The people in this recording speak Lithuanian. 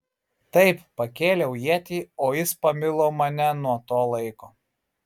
taip pakėliau ietį o jis pamilo mane nuo to laiko